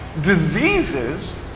Diseases